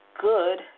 good